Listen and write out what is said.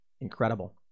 Incredible